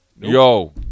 Yo